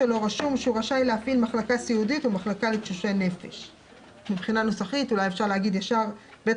קובע שצריך להשלים, ככל שיש חובה נוספת על